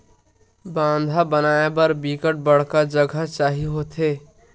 बांधा बनाय बर बिकट बड़का जघा चाही होथे